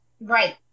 Right